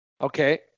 okay